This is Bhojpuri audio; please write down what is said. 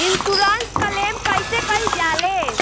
इन्शुरन्स क्लेम कइसे कइल जा ले?